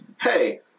hey